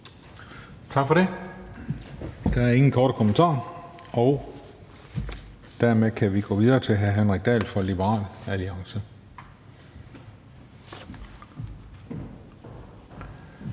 Tak for det. Der er ingen korte bemærkninger. Og dermed kan vi gå videre til hr. Henrik Dahl fra Liberal Alliance.